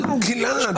נו גלעד.